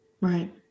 right